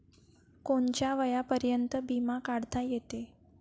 कोनच्या वयापर्यंत बिमा काढता येते?